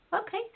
okay